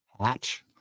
hatch